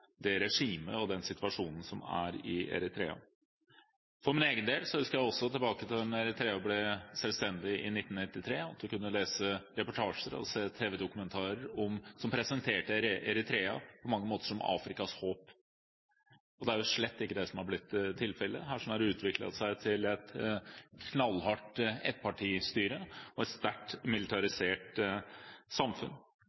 det regimet og den situasjonen som er i Eritrea. For min egen del husker jeg også tilbake til da Eritrea ble selvstendig i 1993, at vi kunne lese reportasjer og se tv-dokumentarer som presenterte Eritrea på mange måter som Afrikas håp. Det er jo slett ikke det som har blitt tilfellet. Det har utviklet seg til et knallhardt ettpartistyre og et sterkt